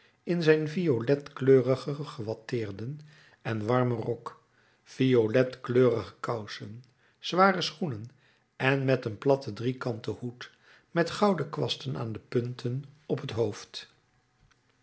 in zijn violetkleurigen gewatteerden en warmen rok violetkleurige kousen zware schoenen en met een platten driekanten hoed met gouden kwasten aan de punten op het hoofd